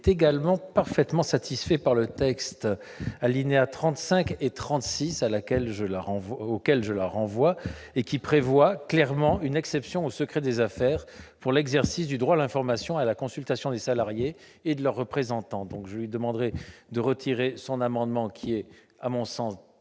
est parfaitement satisfait par les alinéas 35 et 36 du texte, auxquels je la renvoie et qui prévoient clairement une exception au secret des affaires pour l'exercice du droit à l'information et à la consultation des salariés et de leurs représentants. Je sollicite donc le retrait de cet amendement, qui est, à mon sens,